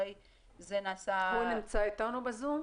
הוא נמצא איתנו בזום?